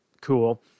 cool